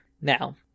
Now